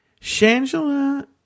Shangela